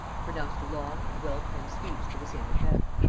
pronounced a long and well-penned speech to the same effect.